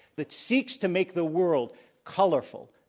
that seeks to make the world colorful,